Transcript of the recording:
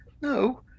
no